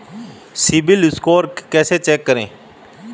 CIBIL score कैसे check करें?